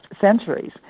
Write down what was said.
centuries